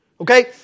Okay